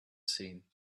seen